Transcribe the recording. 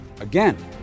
Again